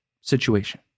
situation